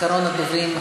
אחרון הדוברים.